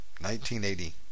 1980